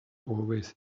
always